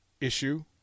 issue